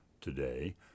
today